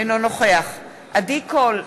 אינו נוכח עדי קול,